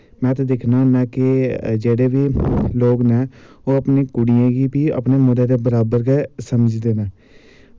मैं ते दिक्खना होन्ना के जेह्ड़े बी लोग नै ओह् अपनी कुड़ियें गी बी अपने मुड़ें दे बराबर गै समझदे न